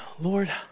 Lord